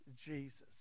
Jesus